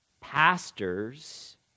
pastors